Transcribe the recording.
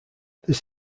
this